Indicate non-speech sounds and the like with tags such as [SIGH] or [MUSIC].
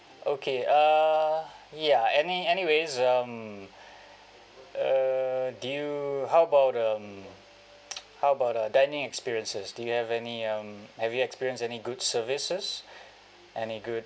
okay uh ya any anyways um uh do you how about um [NOISE] how about uh dining experiences do you have any um have you experienced any good services any good